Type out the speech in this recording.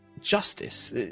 justice